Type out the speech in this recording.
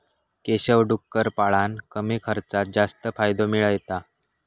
केशव डुक्कर पाळान कमी खर्चात जास्त फायदो मिळयता